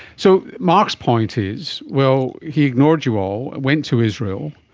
so mark's point is, well, he ignored you all, went to israel,